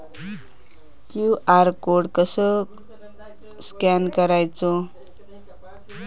QR code कसो scan करायचो?